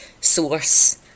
source